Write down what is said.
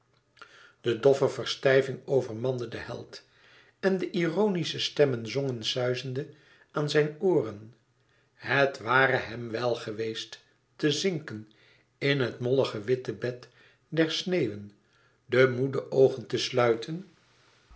de doffe verstijving overmande den held en de ironische stemmen zongen suizende aan zijn ooren het ware hem wèl geweest te zinken in het mollige witte bed der sneeuwen de moede oogen te sluiten